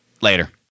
Later